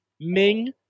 Ming